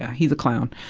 he's a clown.